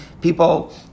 people